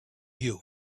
you